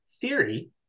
theory